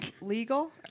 legal